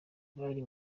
bari